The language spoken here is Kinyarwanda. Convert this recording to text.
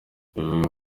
bivugwa